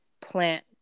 plant